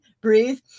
breathe